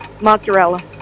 Mozzarella